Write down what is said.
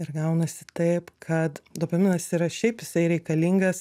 ir gaunasi taip kad dopaminas yra šiaip jisai reikalingas